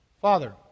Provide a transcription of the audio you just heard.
Father